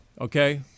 Okay